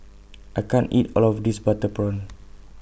I can't eat All of This Butter Prawn